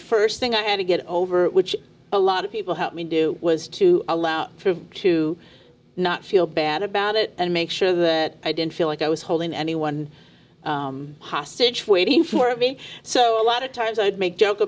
st thing i had to get over which a lot of people helped me do was to allow for to not feel bad about it and make sure that i didn't feel like i was holding anyone hostage waiting for me so a lot of times i'd make joke